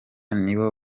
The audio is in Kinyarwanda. nibo